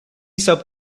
sub